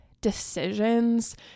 decisions